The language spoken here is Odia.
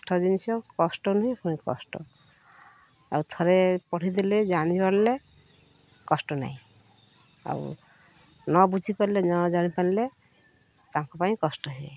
ପାଠ ଜିନିଷ କଷ୍ଟ ନୁହେଁ ପୁଣି କଷ୍ଟ ଆଉ ଥରେ ପଢ଼ିଦେଲେ ଜାଣି ପାରିଲେ କଷ୍ଟ ନାହିଁ ଆଉ ନ ବୁଝିପାରିଲେ ନ ଜାଣିପାରିଲେ ତାଙ୍କ ପାଇଁ କଷ୍ଟ ହୁଅ